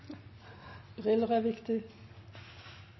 er det viktig